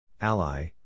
Ally